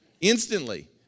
instantly